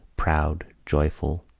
proud, joyful,